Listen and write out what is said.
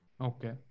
Okay